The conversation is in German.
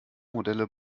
modelle